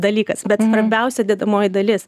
dalykas bet svarbiausia dedamoji dalis